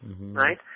right